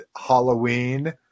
halloween